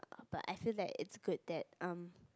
but I feel like it's good that um